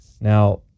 now